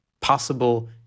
possible